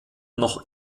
noch